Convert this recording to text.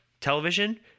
television –